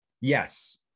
Yes